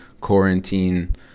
quarantine